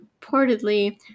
reportedly